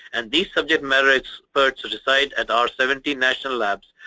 and these subject matter experts decide at our seventy national labs.